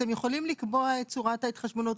אתם יכולים לקבוע את צורת ההתחשבנות,